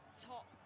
top